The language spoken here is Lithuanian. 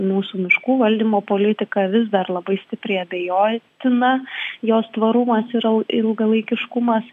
mūsų miškų valdymo politika vis dar labai stipriai abejotina jos tvarumas yra ilgalaikiškumas